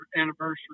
anniversary